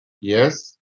yes